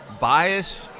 biased